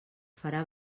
farà